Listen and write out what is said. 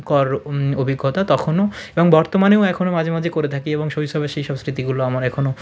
কর অভিজ্ঞতা তখনও এবং বর্তমানেও এখনও মাঝে মাঝে করে থাকি এবং শৈশবের সেই সব স্মৃতিগুলো আমার এখনও